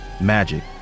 magic